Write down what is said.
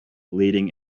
leading